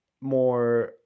more